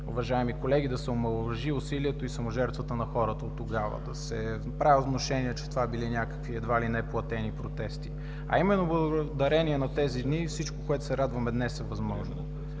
уважаеми колеги, да се омаловажат усилията и саможертвата на хората от тогава, да се правят внушения, че това били някакви едва ли не платени протести. А именно благодарение на тези дни всичко това, на което се радваме днес, е възможно.